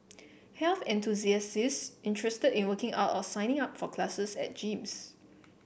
health enthusiasts interested in working out or signing up for classes at gyms